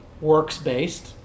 works-based